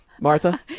Martha